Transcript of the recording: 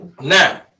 now